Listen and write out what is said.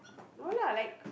no lah like